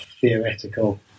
theoretical